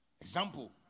Example